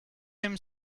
him